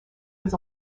was